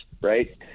right